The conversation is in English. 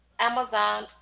Amazon